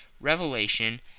revelation